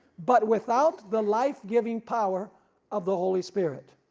but without the life-giving power of the holy spirit.